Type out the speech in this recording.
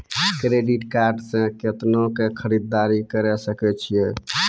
Credit card से कितना के खरीददारी करे सकय छियै?